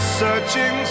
searching